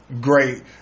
great